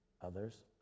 others